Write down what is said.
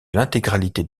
l’intégralité